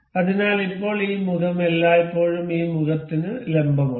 അതിനാൽ ഇപ്പോൾ ഈ മുഖം എല്ലായ്പ്പോഴും ഈ മുഖത്തിന് ലംബമാണ്